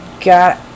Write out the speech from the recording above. got